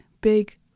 big